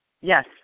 Yes